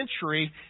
century